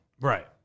right